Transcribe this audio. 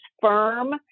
firm